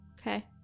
Okay